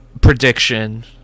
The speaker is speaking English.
prediction